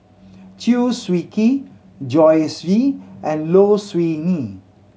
Chew Swee Kee Joyce Jue and Low Siew Nghee